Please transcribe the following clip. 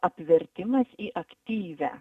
apvertimas į aktyvią